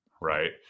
right